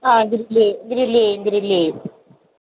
ആ grill grill ചെയ്യും grill ചെയ്യും